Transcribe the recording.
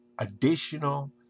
additional